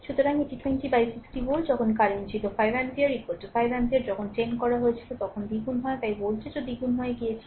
সুতরাং এটি 20 by 60 volt যখন কারেন্ট ছিল 5 এমপিয়ার 5 অ্যাম্পিয়ার যখন 10 করা হয়েছিল তখন দ্বিগুণ হয় তাই ভোল্টেজও দ্বিগুণ হয়ে গিয়েছিল